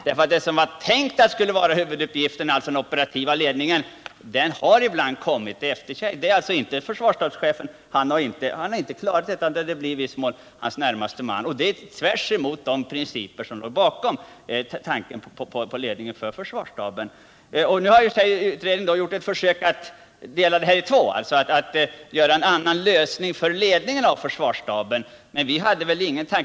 Det som skulle vara huvuduppgiften — den operativa ledningen — har ibland kommit på efterkälken. Försvarsstabschefen har inte klarat detta, utan det har i viss mån skötts av hans närmaste man. Det är tvärs emot de principer som låg bakom tanken på ledningen för försvarsstaben. Nu har utredningen gjort ett försök att finna en lösning för ledningen av försvarsstaben: att dela ansvaret i två.